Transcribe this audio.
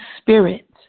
Spirit